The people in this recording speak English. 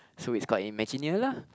so it's called quite imagineer lah